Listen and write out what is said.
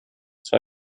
zwei